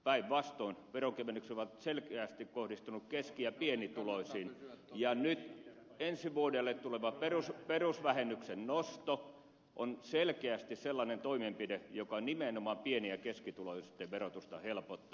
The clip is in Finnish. päinvastoin veronkevennykset ovat selkeästi kohdistuneet keski ja pienituloisiin ja nyt ensi vuodelle tuleva perusvähennyksen nosto on selkeästi sellainen toimenpide joka nimenomaan pieni ja keskituloisten verotusta helpottaa